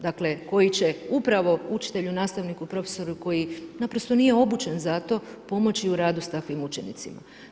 Dakle, koji će upravo učitelju, nastavniku, profesoru koji naprosto nije obučen za to, pomoći u radu s takvim učenicima.